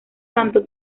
tanto